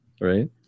Right